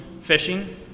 fishing